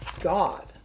God